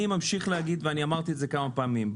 אני ממשיך להגיד ואני אמרתי את זה כמה פעמים,